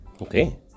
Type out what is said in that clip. Okay